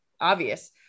obvious